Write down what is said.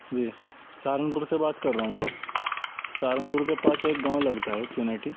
جی Saharanpur سے بات کر رہا ہوں سر سہارن پور کے پاس ایک گاؤں لگتا ہے چنیٹی